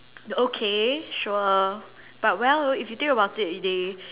the okay sure but well if you think about it they